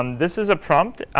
um this is a prompt.